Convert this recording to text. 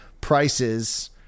prices